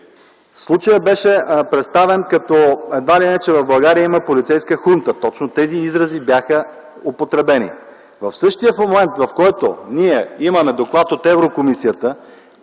Случаят беше представен като едва ли не в България има полицейска хунта. Точно тези изрази бяха употребени. В същия момент, в който ние имаме доклад от Европейската